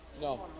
no